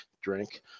drink